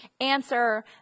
answer